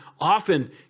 often